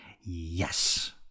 Yes